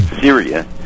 Syria